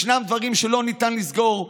ישנם דברים שלא ניתן לסגור.